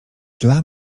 dla